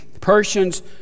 Persians